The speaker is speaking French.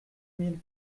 mille